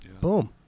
boom